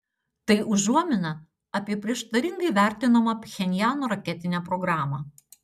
tai užuomina apie prieštaringai vertinamą pchenjano raketinę programą